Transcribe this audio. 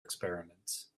experiments